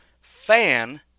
Fan